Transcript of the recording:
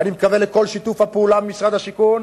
ואני מקווה לכל שיתוף הפעולה עם משרד השיכון,